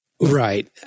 Right